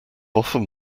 often